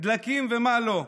דלקים ומה לא.